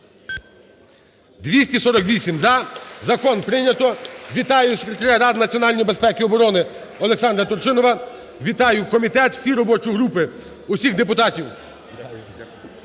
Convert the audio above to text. За-248 Закон прийнято. Вітаю Секретаря Ради національної безпеки і оборони Олександра Турчинова. Вітаю комітет, всю робочу групу, усіх депутатів,